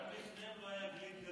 גם לפניהם לא היה גליק גדול.